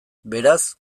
beraz